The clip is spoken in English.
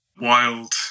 wild